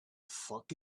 fuck